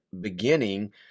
beginning